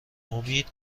امید